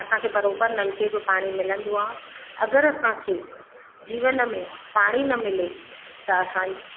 असांखे बराबरि नलिके जो पाणी मिलंदो आहे अगरि असांखे जीवन में पाणी न मिले त असांज